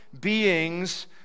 beings